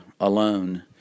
alone